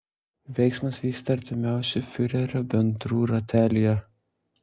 veiksmas vyksta artimiausių fiurerio bendrų ratelyje